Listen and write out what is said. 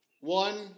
One